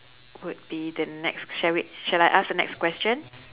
would be the next shall w~ shall I ask the next question